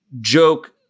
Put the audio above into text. joke